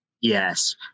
Yes